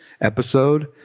episode